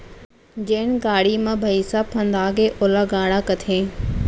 जेन गाड़ी म भइंसा फंदागे ओला गाड़ा कथें